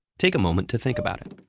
take a moment to think about it.